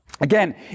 Again